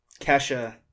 kesha